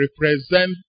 represent